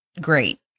great